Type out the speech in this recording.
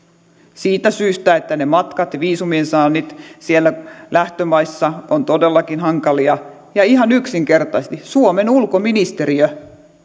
siitä syystä että ne matkat viisumien saannit lähtömaissa ovat todellakin hankalia ja ihan yksinkertaisesti suomen ulkoministeriö